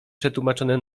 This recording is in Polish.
przetłumaczone